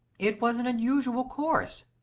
it was an unusual course.